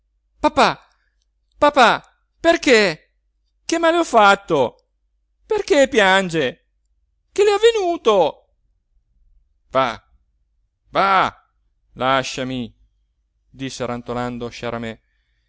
papà papà perché che male ho fatto perché piange che le è avvenuto va va lasciami disse rantolando sciaramè